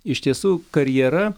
iš tiesų karjera